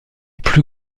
plus